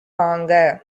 வாங்க